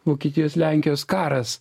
vokietijos lenkijos karas